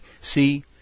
See